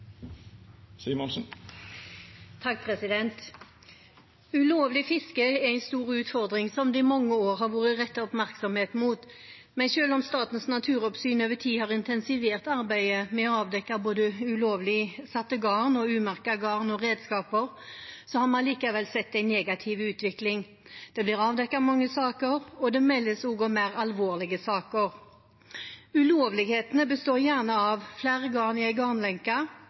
en stor utfordring som det i mange år har vært rettet oppmerksomhet mot, men selv om Statens naturoppsyn over tid har intensivert arbeidet med å avdekke både ulovlig satte garn og umerkede garn og redskaper, har vi likevel sett en negativ utvikling. Det blir avdekket mange saker, og det meldes også om mer alvorlige saker. Ulovlighetene består gjerne av flere garn i